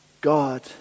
God